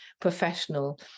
professional